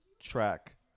track